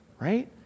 right